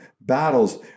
battles